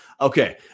Okay